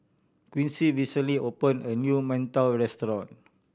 Quincy recently opened a new mantou restaurant